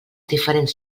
diferents